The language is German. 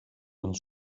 uns